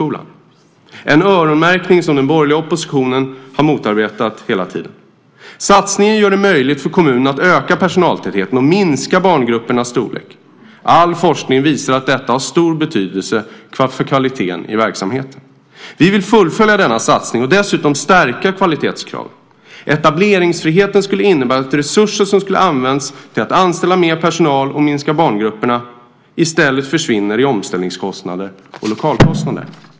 Det är en öronmärkning som den borgerliga oppositionen har motarbetat hela tiden. Satsningen gör det möjligt för kommunerna att öka personaltätheten och minska barngruppernas storlek. All forskning visar att detta har stor betydelse för kvaliteten i verksamheten. Vi vill fullfölja denna satsning och dessutom stärka kvalitetskraven. Etableringsfriheten skulle innebära att resurser som skulle ha använts till att anställa mer personal och minska barngrupperna i stället försvinner i omställningskostnader och lokalkostnader.